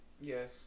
Yes